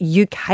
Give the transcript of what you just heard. UK